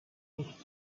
nicht